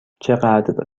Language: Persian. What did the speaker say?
چقدر